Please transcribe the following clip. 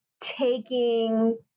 taking